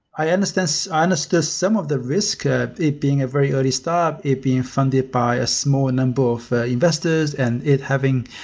i understand so understand some of the risk ah it being a very early startup, it being funded by a small number of investors and it having